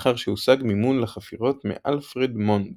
לאחר שהושג מימון לחפירות מאלפרד מונד